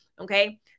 Okay